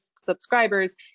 subscribers